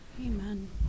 Amen